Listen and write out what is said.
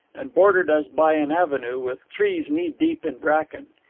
and bordered, as by an avenue, with trees knee-deep in bracken.